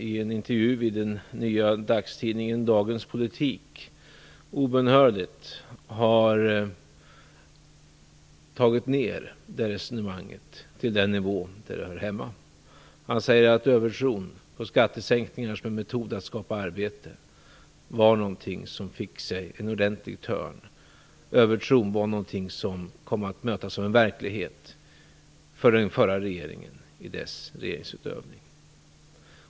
I en intervju i den nya dagstidningen Dagens Politik har Olof Johansson obönhörligt tagit ned det resonemanget till den nivå där det hör hemma. Han säger att övertron på skattesänkningar som en metod att skapa arbete var någonting som fick sig en ordentlig törn, någonting som kom att mötas av en verklighet, för den förra regeringen i dess regeringsutövning.